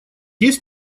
есть